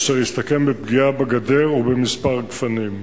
אשר הסתכם בפגיעה בגדר ובכמה גפנים.